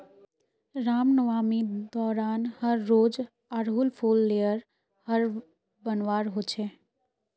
रामनवामी दौरान हर रोज़ आर हुल फूल लेयर हर बनवार होच छे